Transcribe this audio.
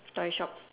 toy shop